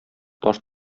таш